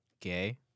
Gay